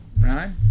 Right